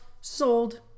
sold